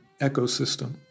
ecosystem